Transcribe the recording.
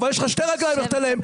אבל יש לך שתי רגליים ללכת עליהן,